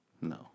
No